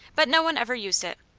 but no one ever used it.